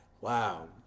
Wow